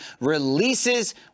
releases